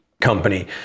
company